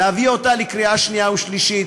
להביא אותה לקריאה שנייה ושלישית.